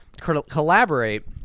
collaborate